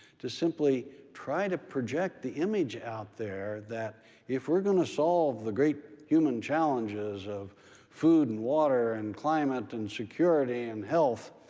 to simply try to project the image out there that if we're going to solve the great human challenges of food and water, and climate, and security, and health,